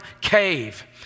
cave